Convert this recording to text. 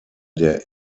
der